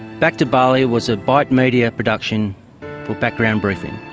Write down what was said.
back to bali was a bite media production for background briefing.